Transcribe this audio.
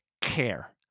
care